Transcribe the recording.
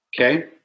Okay